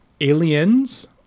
Aliens